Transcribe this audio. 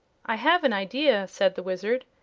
i have an idea, said the wizard,